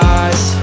eyes